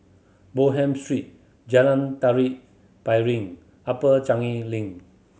Bonham Street Jalan Tari Piring Upper Changi Link